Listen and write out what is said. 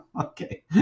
Okay